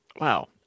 Wow